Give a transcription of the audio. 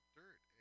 dirt